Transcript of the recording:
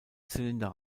zylinder